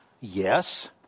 yes